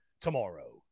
tomorrow